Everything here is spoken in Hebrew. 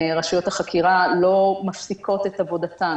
רשויות החקירה לא מפסיקות את עבודתן,